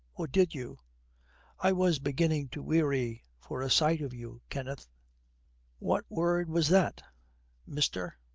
or did you i was beginning to weary for a sight of you, kenneth what word was that mister.